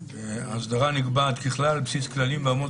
"האסדרה נקבעת ככלל על בסיס כללים ואמות